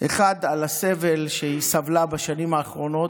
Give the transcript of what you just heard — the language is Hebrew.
אחד על הסבל שהיא סבלה בשנים האחרונות: